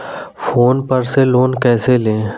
Phone पर से loan कैसे लें?